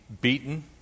beaten